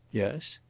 yes.